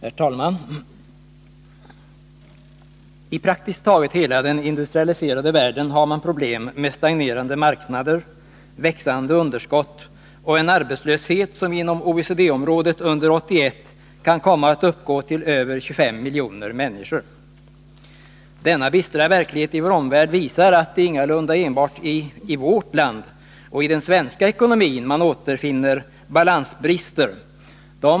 Herr talman! I praktiskt taget hela den industrialiserade världen har man problem med stagnerande marknader, växande underskott och en arbetslöshet som inom OECD-området under 1981 kan komma att uppgå till över 25 miljoner människor. Denna bistra verklighet i vår omvärld visar att det ingalunda enbart är i vårt land och i den svenska ekonomin man återfinner balansbrister.